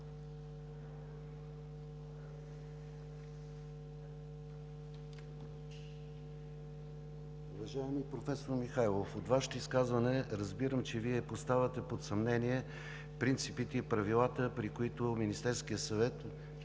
Уважаеми професор Михайлов, от Вашето изказване разбирам, че Вие поставяте под съмнение принципите и правилата, при които Министерският съвет